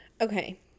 okay